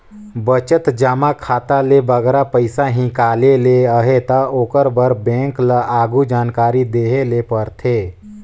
बचत जमा खाता ले बगरा पइसा हिंकाले ले अहे ता ओकर बर बेंक ल आघु जानकारी देहे ले परथे